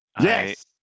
Yes